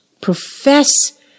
profess